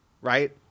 right